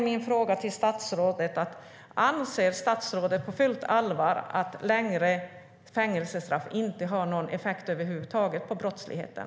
Min fråga till statsrådet är: Anser statsrådet på fullt allvar att längre fängelsestraff inte har någon effekt över huvud taget på brottsligheten?